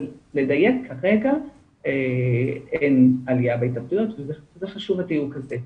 אבל לדייק כרגע אין עליה בהתאבדויות והדיוק הזה חשוב.